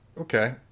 okay